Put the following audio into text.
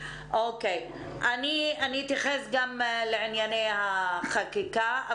אני אתייחס גם לענייני החקיקה.